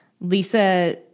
Lisa